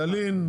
ילין,